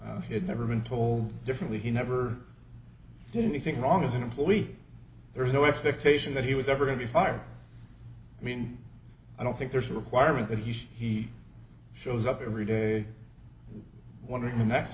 employment he had never been told differently he never did anything wrong as an employee there's no expectation that he was ever going to fire i mean i don't think there's a requirement that he should he shows up every day wondering the next